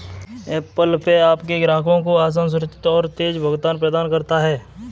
Apple Pay आपके ग्राहकों को आसान, सुरक्षित और तेज़ भुगतान प्रदान करता है